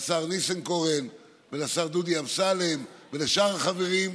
לשר ניסנקורן ולשר דודי אמסלם ולשאר החברים,